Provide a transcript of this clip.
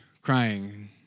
crying